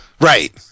Right